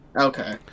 Okay